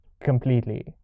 completely